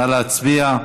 נא להצביע.